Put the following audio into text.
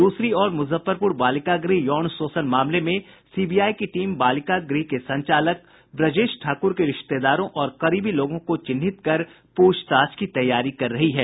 दूसरी ओर मुजफ्फरपुर बालिका गृह यौन शोषण मामले में सीबीआई की टीम बालिका गृह के संचालक ब्रजेश ठाकुर के रिश्तेदारों और करीबी लोगों को चिन्हित कर पूछताछ की तैयारी कर रही है